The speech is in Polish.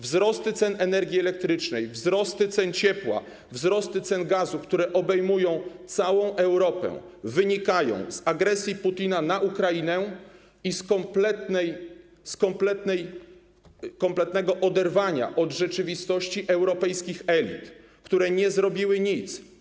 Wzrosty cen energii elektrycznej, wzrosty cen ciepła, wzrosty cen gazu, które obejmują całą Europę, wynikają z agresji Putina na Ukrainę i z kompletnego oderwania od rzeczywistości europejskich elit, które nie zrobiły nic.